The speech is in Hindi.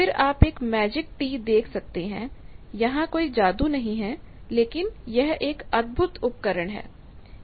फिर आप एक मैजिक टी देख सकते हैं यहां कोई जादू नहीं है लेकिन यह एक अद्भुत उपकरण है